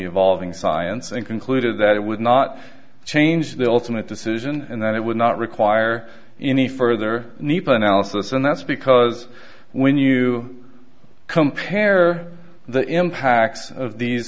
evolving science and concluded that it would not change the ultimate decision and that it would not require any further need for analysis and that's because when you compare the impacts of these